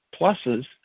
pluses